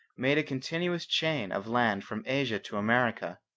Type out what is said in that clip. made a continuous chain of land from asia to america.